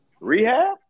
Rehab